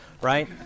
right